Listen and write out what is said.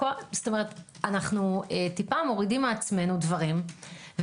אנחנו טיפה מורידים מעצמנו דברים.